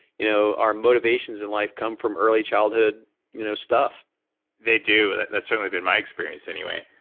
you know our motivations in life come from early childhood you know stuff they do. that's certainly been my experience anyway.